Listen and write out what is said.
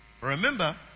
Remember